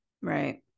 right